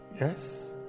Yes